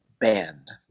band